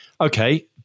okay